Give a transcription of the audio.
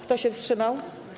Kto się wstrzymał?